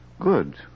good